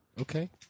Okay